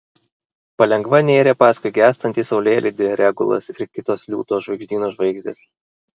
palengva nėrė paskui gęstantį saulėlydį regulas ir kitos liūto žvaigždyno žvaigždės